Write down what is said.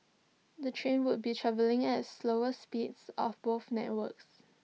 the trains would be travelling at slower speeds of both networks